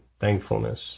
thankfulness